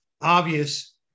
obvious